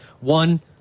One